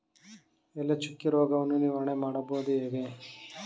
ಎಲೆ ಚುಕ್ಕಿ ರೋಗವನ್ನು ನಿವಾರಣೆ ಮಾಡುವುದು ಹೇಗೆ?